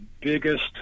biggest